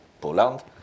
poland